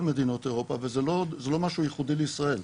מדינות אירופה וזה לא משהו ייחודי לישראל.